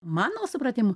mano supratimu